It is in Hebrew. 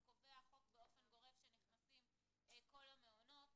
קובע החוק באופן גורף שנכנסים כל המעונות,